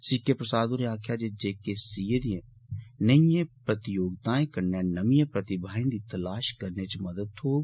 C K Prasad होरें आक्खेआ जे जे के सी ए दिएं नेहियें प्रतियोगिताएं कन्नै नमिएं प्रतिभाएं गी तलाश करने च मदद थ्होग